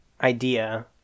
idea